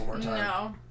No